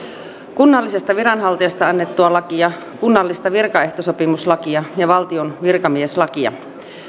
kunnallisesta viranhaltijasta annettua lakia kunnallista virkaehtosopimuslakia ja valtion virkamieslakia